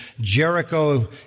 Jericho